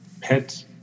pets